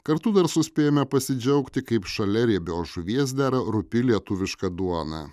kartu dar suspėjome pasidžiaugti kaip šalia riebios žuvies dera rūpi lietuviška duona